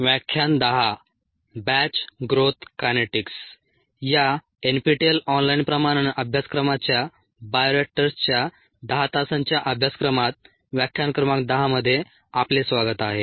या NPTEL online प्रमाणन अभ्यासक्रमाच्या बायोरिएक्टर्सच्या 10 तासांच्या अभ्यासक्रमात व्याख्यान क्रमांक 10 मध्ये आपले स्वागत आहे